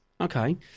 Okay